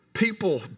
People